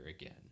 again